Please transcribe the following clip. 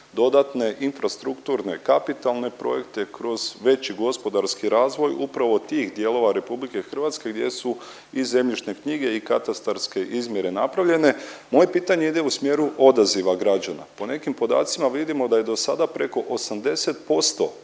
dodatne infrastrukturne kapitalne projekte, kroz veći gospodarski razvoj upravo tih dijelova Republike Hrvatske gdje su i zemljišne knjige i katastarske izmjere napravljene. Moje pitanje ide u smjeru odaziva građana. Po nekim podacima vidimo da je do sada preko 80%